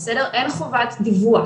אין חובת דיווח.